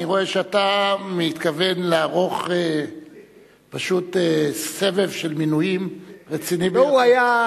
אני רואה שאתה מתכוון לערוך פשוט סבב של מינויים רציני ביותר.